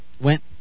went